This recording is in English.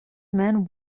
man